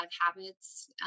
habits